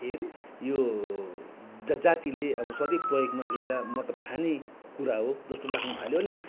के अरे यो जातिले अब सधैँ प्रयोगमा लिएर मतलब खानेकुरा हो जस्तो लाग्नुथाल्यो अनि